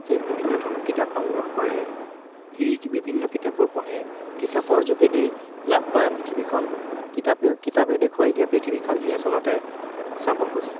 যে বিভিন্ন ধৰণৰ কিতাপ সংগ্ৰহ কৰে সি বিভিন্ন কিতাপবোৰ পঢ়ে কিতাপৰ যোগেদি লাভ কৰা পৃথিৱীখন কিতাপেও কিতাপে দেখুৱাই দিয়া পৃথিৱীখন সি আচলতে চাব খোঁজে